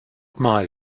mal